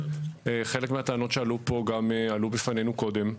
חלק מהטענות שעלו פה גם עלו בפנינו קודם.